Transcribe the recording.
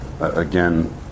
again